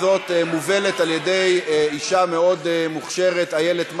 כי אתם יודעים שקיבלתם החלטות על בסיס אינטרסים